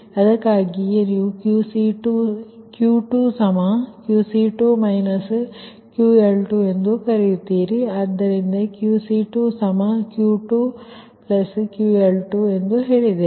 ಅದಕ್ಕಾಗಿಯೇ ನೀವು Q2QC2 QL2 ಎಂದು ಕರೆಯುತ್ತೀರಿ ಅದುದ್ದರಿಂದ QC2Q2QL2 ಎಂದು ಹೇಳಿದ್ದೇವೆ